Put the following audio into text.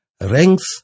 ranks